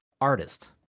Artist